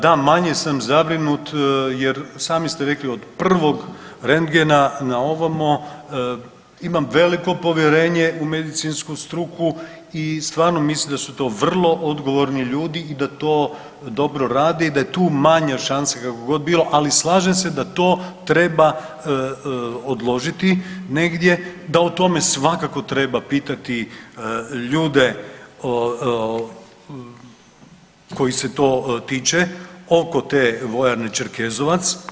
Da, manje sam zabrinut jer sami ste rekli od prvog rendgena na ovamo imam veliko povjerenje u medicinsku struku i stvarno mislim da su to vrlo odgovorni ljudi i da to dobro rade i da je tu manja šansa kako god bilo, ali slažem se da to treba odložiti negdje, da o tome treba pitati ljude kojih se to tiče oko te vojarne Čerkezovac.